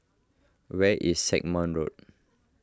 where is Road